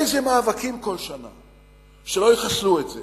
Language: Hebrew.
איזה מאבקים כל שנה, שלא יחסלו את זה